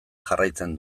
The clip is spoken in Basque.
jarraitzen